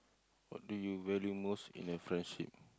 what do you value most in a friendship